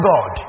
God